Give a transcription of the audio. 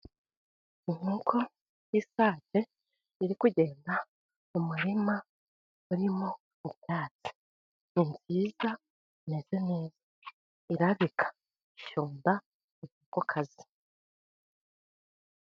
Inkoko y'isake iri kugenda mu murima urimo ubwatsi, ni nziza, imeze neza, irabika, isumba inkokokazi.